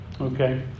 okay